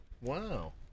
Wow